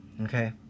okay